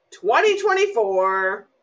2024